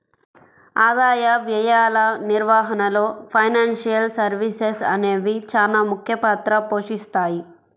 ఆదాయ వ్యయాల నిర్వహణలో ఫైనాన్షియల్ సర్వీసెస్ అనేవి చానా ముఖ్య పాత్ర పోషిత్తాయి